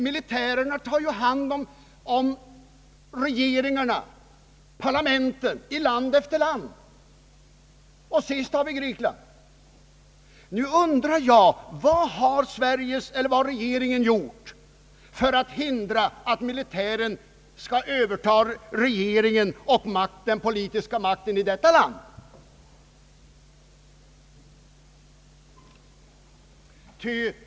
Militärerna tar hand om regeringarna och parlamenten i land efter land, senast i Grekland. Nu undrar jag vad regeringen har gjort för att hindra, att militären skall överta den politiska makten i detta land?